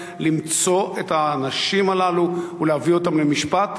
למצוא את האנשים הללו ולהביא אותם למשפט,